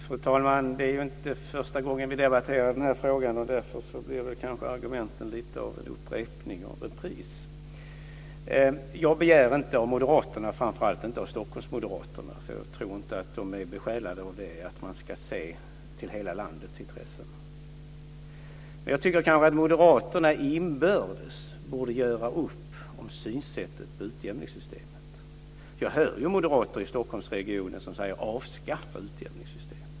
Fru talman! Det är inte första gången vi debatterar denna fråga, och därför blir kanske argumenten lite av en upprepning och repris. Jag begär inte av moderaterna och framför allt inte av Stockholmsmoderaterna - jag tror inte att de är besjälade av det - att de ska se till hela landets intressen. Men jag tycker att moderaterna inbördes borde göra upp om synsättet vad gäller utjämningssystemet. Jag hör moderater i Stockholmsregionen som säger att vi ska avskaffa utjämningssystemet.